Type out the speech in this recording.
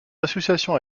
association